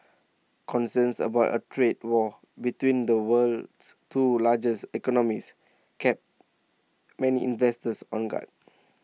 concerns about A trade war between the world's two largest economies kept many investors on guard